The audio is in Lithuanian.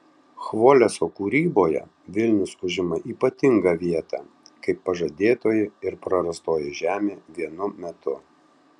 chvoleso kūryboje vilnius užima ypatingą vietą kaip pažadėtoji ir prarastoji žemė vienu metu